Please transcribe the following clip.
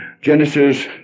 Genesis